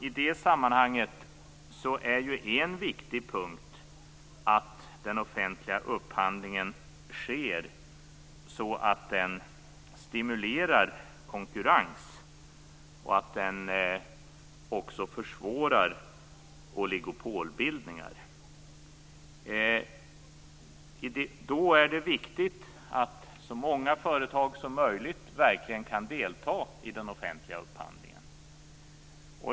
I det sammanhanget är en viktig punkt att den offentliga upphandlingen sker så att den stimulerar konkurrens och försvårar oligopolbildningar. Då är det viktigt att så många företag som möjligt verkligen kan delta i den offentliga upphandlingen.